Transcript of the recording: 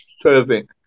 serving